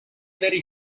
very